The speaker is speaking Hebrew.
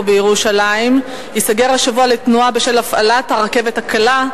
בירושלים לתנועה בשל הפעלת הרכבת הקלה,